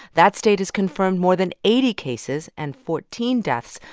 that state has confirmed more than eighty cases and fourteen deaths,